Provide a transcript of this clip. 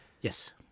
Yes